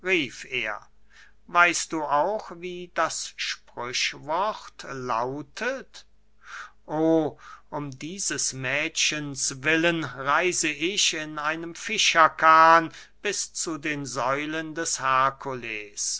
lautet o um dieses mädchens willen reise ich in einem fischerkahn bis zu den säulen des